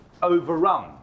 overrun